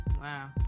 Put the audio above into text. Wow